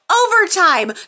overtime